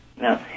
No